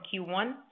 Q1